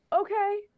okay